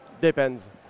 Depends